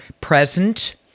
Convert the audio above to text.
present